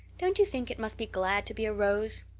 don't you think it must be glad to be a rose?